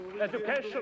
education